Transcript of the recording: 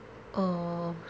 oh